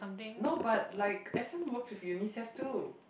no but like S_M works with Unicef too